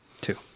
Two